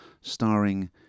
starring